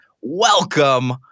welcome